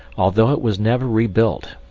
although it was never rebuilt,